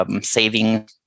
Saving